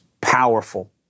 powerful